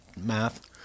math